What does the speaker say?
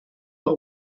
los